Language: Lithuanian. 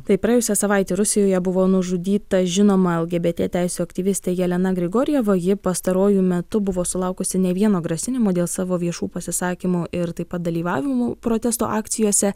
taip praėjusią savaitę rusijoje buvo nužudyta žinoma lgbt teisių aktyvistė jelena grigorjeva ji pastaruoju metu buvo sulaukusi ne vieno grasinimo dėl savo viešų pasisakymų ir taip pat dalyvavimų protesto akcijose